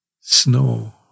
snow